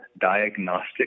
diagnostic